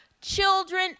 children